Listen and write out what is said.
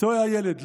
תוהה הילד.